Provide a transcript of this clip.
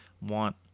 want